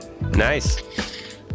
Nice